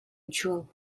mutual